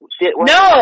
No